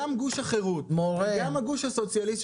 גם גוש החירות וגם הגוש הסוציאליסטי